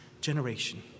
generation